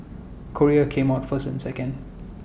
Korea came out first and second